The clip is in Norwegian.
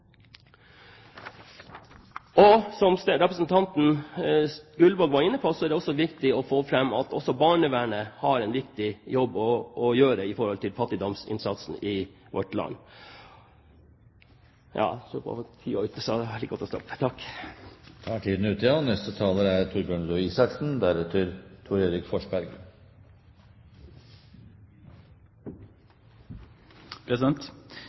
Som representanten Gullvåg var inne på, er det også viktig å få fram at barnevernet har en viktig jobb å gjøre i forhold til fattigdomsinnsatsen i vårt land. Tiden er ute, så det er like godt å stoppe. Takk. Jeg er helt enig med statsråden i at det er